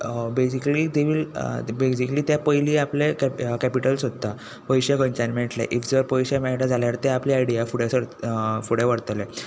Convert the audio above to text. basically they will basically ते पयली आपले कॅ कॅपीटल सोदता पयशे खंयच्यान मेळयटले इफ जर पयशे मेळयटा जाल्यार ते आपली आयडिया फुडें सर फुडें व्हरतले